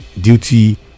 duty